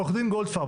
עו"ד גולדפרב,